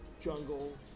jungle